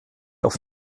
auf